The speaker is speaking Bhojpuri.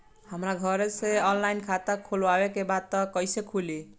हमरा घरे से ऑनलाइन खाता खोलवावे के बा त कइसे खुली?